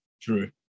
True